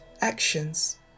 actions